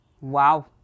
Wow